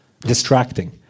distracting